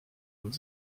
und